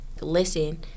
listen